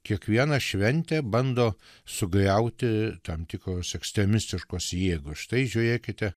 kiekviena šventė bando sugriauti tam tikros ekstremistiškos jėgos štai žiūrėkite